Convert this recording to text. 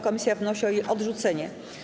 Komisja wnosi o jej odrzucenie.